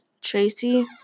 Tracy